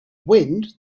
wind